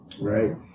right